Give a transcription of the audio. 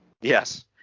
Yes